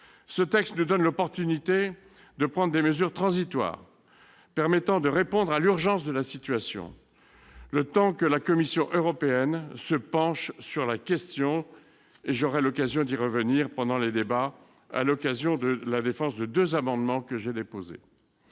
Ce texte nous donne l'opportunité de prendre des mesures transitoires permettant de répondre à l'urgence de la situation, le temps que la Commission européenne se penche sur la question. J'aurai l'occasion d'y revenir pendant les débats, à l'occasion de la défense de deux amendements que j'ai déposés.